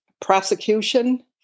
prosecution